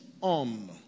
on